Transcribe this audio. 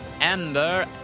Amber